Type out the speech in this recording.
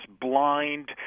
blind